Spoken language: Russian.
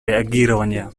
реагирования